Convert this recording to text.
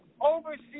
oversee